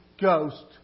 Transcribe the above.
Ghost